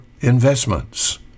investments